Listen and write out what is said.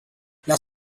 las